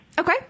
Okay